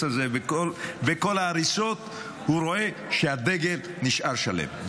הזה וכל ההריסות הוא רואה שהדגל נשאר שלם,